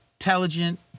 intelligent